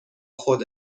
خود